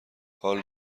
حال